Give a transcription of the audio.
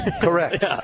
Correct